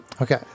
Okay